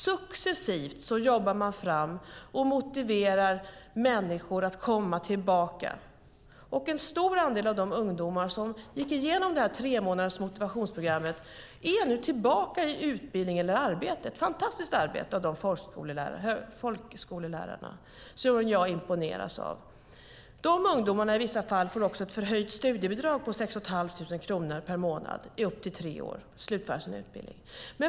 Successivt jobbar man fram och motiverar människor att komma tillbaka. En stor andel av de ungdomar som gick igenom det här motivationsprogrammet på tre månader är nu tillbaka i utbildning eller arbete. Det är ett fantastiskt arbete av folkhögskolelärarna, som jag imponeras av. De ungdomarna får också i vissa fall ett förhöjt studiebidrag på 6 1⁄2 tusen kronor per månad upp till tre år för att slutföra sin utbildning.